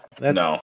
No